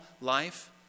life